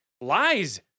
lies